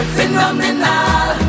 Phenomenal